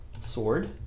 sword